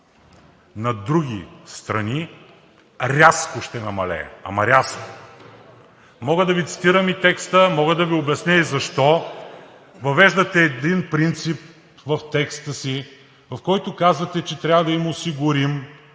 на други страни рязко ще намалеят, ама рязко. Мога да Ви цитирам и текста, мога да Ви обясня защо въвеждате един принцип в текста си, в който казвате, че трябва да им осигурим